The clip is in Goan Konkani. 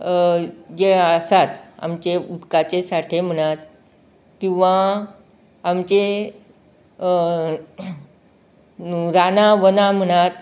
जे आसात आमचें उदकाचे साठे म्हणात किंवां आमचे रानां वनां म्हणात